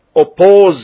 oppose